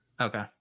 okay